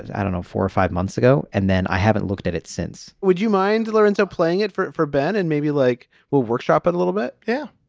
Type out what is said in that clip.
i don't know, four or five months ago. and then i haven't looked at it since would you mind lorenzo playing it for it for ben? and maybe like we'll workshop it a little bit. yeah